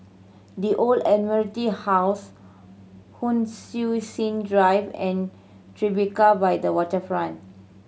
The Old Admiralty House Hon Sui Sen Drive and Tribeca by the Waterfront